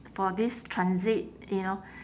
for this transit you know